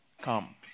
come